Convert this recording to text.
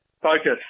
focus